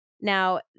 Now